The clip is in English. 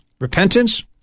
repentance